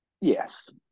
Yes